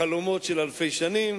אין ערך לחלומות של אלפי שנים?